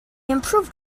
improved